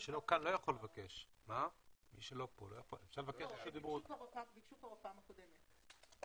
בקשו כבר בפעם הקודמת.